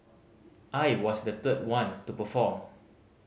I was the third one to perform